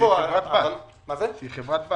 חברת בת